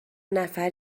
نفر